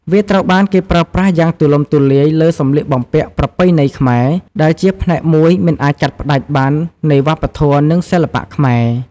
វាត្រូវបានគេប្រើប្រាស់យ៉ាងទូលំទូលាយលើសម្លៀកបំពាក់ប្រពៃណីខ្មែរ ដែលជាផ្នែកមួយមិនអាចកាត់ផ្តាច់បាននៃវប្បធម៌ និងសិល្បៈខ្មែរ។